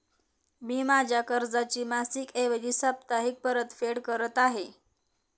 मी माझ्या कर्जाची मासिक ऐवजी साप्ताहिक परतफेड करत आहे